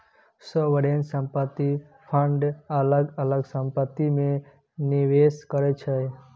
sovereign संपत्ति fund अलग अलग संपत्ति मे निबेस करै छै